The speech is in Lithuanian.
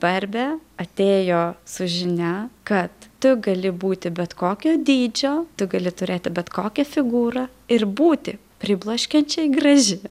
barbė atėjo su žinia kad tu gali būti bet kokio dydžio tu gali turėti bet kokią figūrą ir būti pribloškiančiai graži